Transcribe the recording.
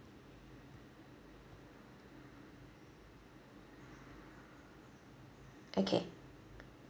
okay